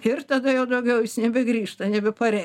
ir tada jau daugiau jis nebegrįžta nebeparei